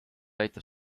aitab